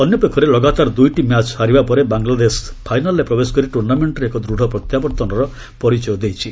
ଅନ୍ୟପକ୍ଷରେ ଲଗାତାର ଦୁଇଟି ମ୍ୟାଚ୍ ହାରିବା ପରେ ବାଂଲାଦେଶ ଫାଇନାଲ୍ରେ ପ୍ରବେଶ କରି ଟୁର୍ଣ୍ଣାମେଣ୍ଟରେ ଏକ ଦୂଢ଼ ପ୍ରତ୍ୟାବର୍ତ୍ତନର ପରିଚୟ ଦେଇଛି